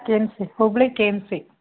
K M C Hubballi K M C